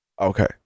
okay